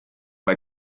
bei